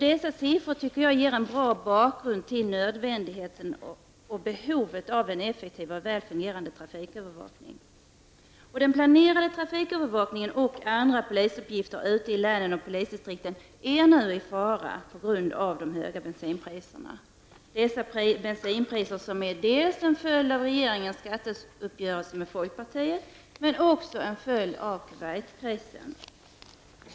Dessa siffror, tycker jag, ger en bra bakgrund till nödvändigheten av en effektiv och välfungerande trafikövervakning. Den planerade trafikövervakningen och andra polisuppgifter ute i länen och polisdistrikten är nu i fara på grund av de höjda bensinpriserna, som dels är en följd av regeringens skatteuppgörelse med folkpartiet, dels en följd av Kuwaitkrisen.